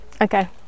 Okay